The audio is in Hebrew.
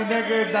מי נגד?